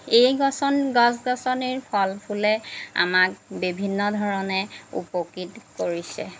এই গছন গছ গছনিৰ ফল ফুলে আমাক বিভিন্ন ধৰণে উপকৃত কৰিছে